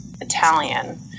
Italian